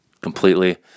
completely